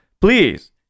Please